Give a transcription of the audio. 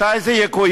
מתי זה יקוים,